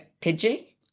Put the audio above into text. Pidgey